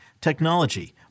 technology